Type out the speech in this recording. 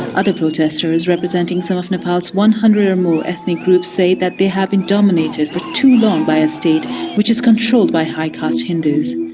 other protesters, representing some of nepal's one hundred or more ethnic groups, say that they have been dominated for too long by a state which is controlled by high-caste hindus.